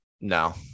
No